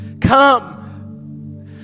come